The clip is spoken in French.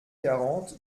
quarante